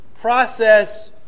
process